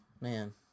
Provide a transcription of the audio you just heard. man